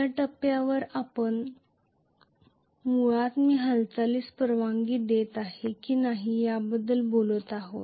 या टप्प्यावर आपण मुळात मी हालचालीस परवानगी देत आहे की नाही याबद्दल बोलत आहोत